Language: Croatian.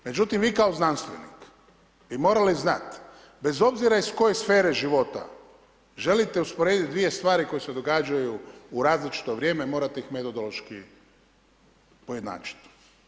Međutim vi kao znanstvenik bi morali znati bez obzira iz koje sfere života želite usporediti dvije stvari koje se događaju u različito vrijeme, morate ih metodološki ujednačiti.